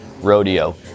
rodeo